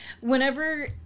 whenever –